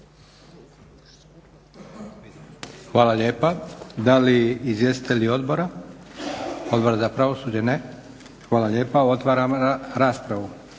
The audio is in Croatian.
Hvala lijepa. Da li izvjestitelji odbora, Odbora za pravosuđe? Ne. Hvala lijepa. Otvaram raspravu.